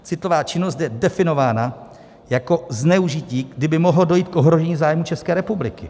Citlivá činnost je definována jako zneužití, kdy by mohlo dojít k ohrožení zájmů České republiky.